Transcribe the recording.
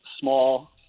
small